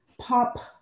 pop